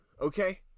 okay